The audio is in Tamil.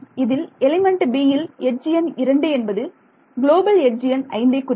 இதில் எலிமெண்ட் b யில் எட்ஜ் எண் 2 என்பது குளோபல் எட்ஜ் எண் 5 ஐ குறிக்கும்